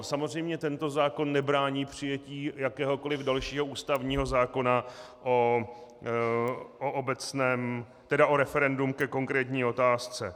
Samozřejmě tento zákon nebrání přijetí jakéhokoliv dalšího ústavního zákona o referendu ke konkrétní otázce.